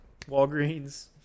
Walgreens